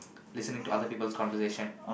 listening to other people's conversation